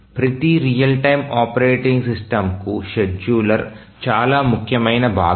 ప్రతి real time operating system కు scheduler చాలా ముఖ్యమైన భాగం